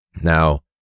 Now